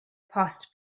post